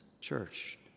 church